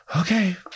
Okay